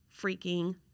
freaking